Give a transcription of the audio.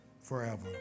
forever